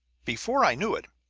before i knew it,